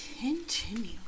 continue